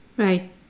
Right